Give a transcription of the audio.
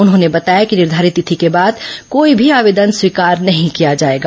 उन्होंने बताया कि निर्घारित तिथि के बाद कोई भी आवेदन स्वीकार नहीं किया जाएगा